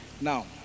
Now